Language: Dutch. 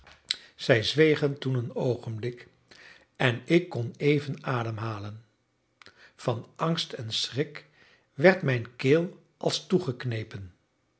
zij zwegen toen een oogenblik en ik kon even ademhalen van angst en schrik werd mijn keel als